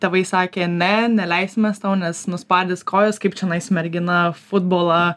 tėvai sakė ne neleisim mes tau nes nuspardys kojas kaip čianais mergina futbolą